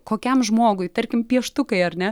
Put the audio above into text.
kokiam žmogui tarkim pieštukai ar ne